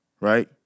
right